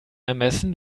ermessen